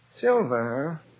Silver